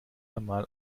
einmal